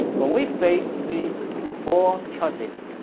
when we face these four choices,